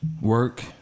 Work